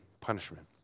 punishment